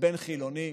לבין חילונים.